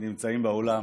שנמצאים באולם,